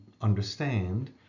understand